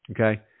Okay